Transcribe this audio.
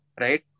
right